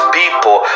people